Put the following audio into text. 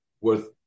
worth